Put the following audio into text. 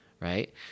right